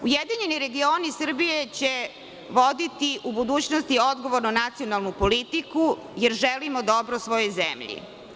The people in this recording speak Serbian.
Ujedinjeni regioni Srbije će voditi u budućnosti odgovorno nacionalnu politiku, jer želimo dobro svojoj zemlji.